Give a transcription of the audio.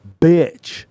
bitch